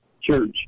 church